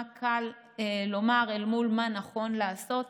מה קל לומר אל מול מה נכון לעשות.